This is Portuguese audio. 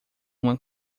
uma